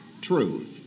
truth